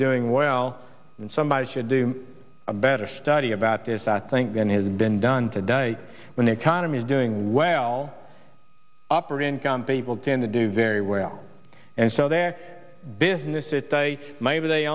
doing well and somebody should do a better study about this i think than has been done today when the economy is doing well upper income people tend to do very well and so their business is maybe they